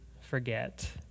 forget